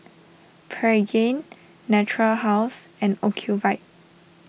Pregain Natura House and Ocuvite